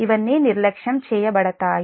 ఇవన్నీ నిర్లక్ష్యం చేయబడతాయి